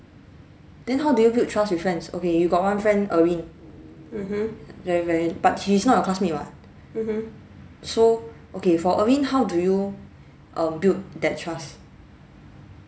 then how do you build trust with friends okay you got one friend erin right right but she's not your classmate [what] so okay for erin how do you err build that trust